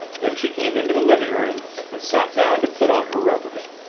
then she came into the living-room and sat down to put on her rubbers.